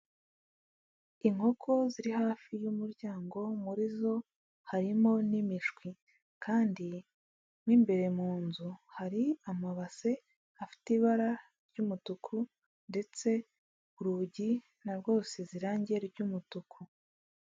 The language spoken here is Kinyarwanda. Inkoko ziri hafi y'umuryango muri zo harimo n'imishwi kandi mo imbere mu nzu hari amabase afite ibara ry'umutuku, ndetse urugi na rwo rusize irange ry'umutuku.